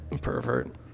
Pervert